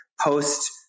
post